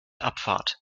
abfahrt